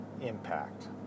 impact